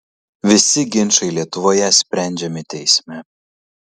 visi ginčai lietuvoje sprendžiami teisme